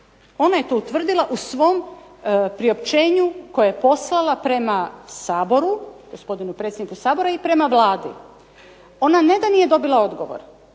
Ona je to utvrdila u svom priopćenju koje je poslala prema Saboru, gospodinu predsjedniku Sabora i prema Vladi. Ona ne da nije dobila odgovor,